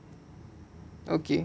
okay